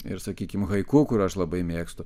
ir sakykim haiku kur aš labai mėgstu